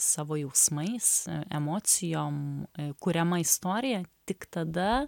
savo jausmais emocijom kuriama istorija tik tada